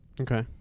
okay